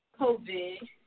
COVID